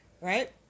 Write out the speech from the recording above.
right